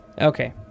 Okay